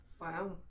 Wow